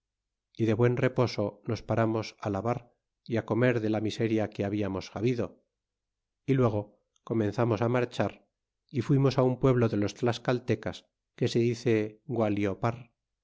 y de buen reposo nos paramos á lavar y á comer de la miseria que hablamos habido y luego comenzarnos á marchar y fuimos un pueblo de los tlascaltecas que se dice gualiopar